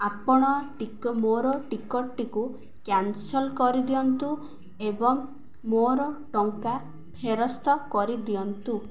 ଆପଣ ମୋର ଟିକେଟ୍ ଟିକୁ କ୍ୟାାନସଲ୍ କରି ଦିଅନ୍ତୁ ଏବଂ ମୋର ଟଙ୍କା ଫେରସ୍ତ କରିଦିଅନ୍ତୁ